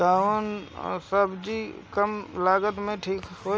कौन सबजी कम लागत मे ठिक होई?